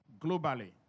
globally